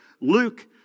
Luke